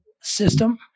system